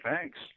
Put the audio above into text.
Thanks